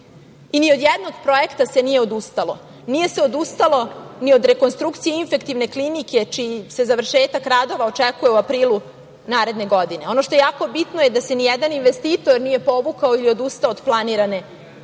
Ni od jednog projekta se nije odustalo. Nije se odustalo ni od rekonstrukcije Infektivne klinike, čiji se završetak radova očekuje u aprilu naredne godine. Ono što je jako bitno da se nijedan investitor nije povukao ni odustao od planirane